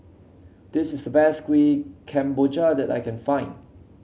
this is the best Kuih Kemboja that I can find